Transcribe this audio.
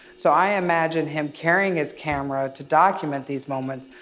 so, i imagine him carrying his camera to document these moments,